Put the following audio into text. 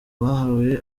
bahawe